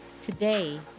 today